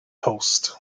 coast